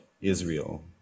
Israel